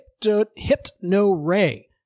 hypno-ray